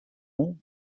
nom